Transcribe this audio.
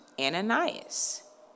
Ananias